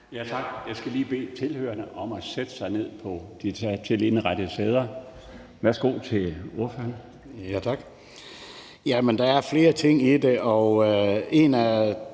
Jeg skal lige bede tilhørerne om at sætte sig ned på de dertil indrettede sæder. Værsgo til ordføreren. Kl. 17:29 Kenneth